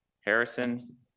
Harrison